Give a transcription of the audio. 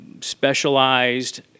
specialized